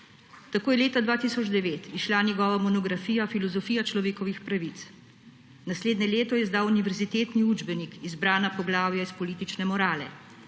Tako je leta 2009 izšla njegova monografija Filozofija človekovih pravic. Naslednje leto je izdal univerzitetni učbenik Izbrana poglavja iz politične morale.